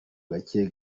gake